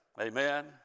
Amen